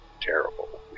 terrible